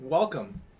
Welcome